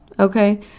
okay